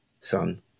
son